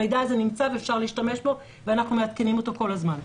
המידע הזה נמצא ואפשר להשתמש בו ואנחנו מעדכנים אותו כל הזמן.